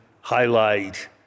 highlight